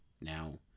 now